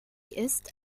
ist